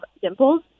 dimples